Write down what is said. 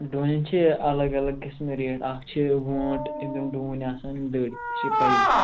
ڈوٗنٮ۪ن چھِ الگ الگ قٕسمہٕ ریٹ اَکھ چھِ وونٛٹھ تِم ڈوٗنۍ آسان یِم دٔڑۍ ژےٚ چھےٚ پَیی